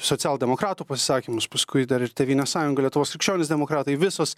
socialdemokratų pasisakymus paskui dar ir tėvynės sąjunga lietuvos krikščionys demokratai visos